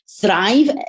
thrive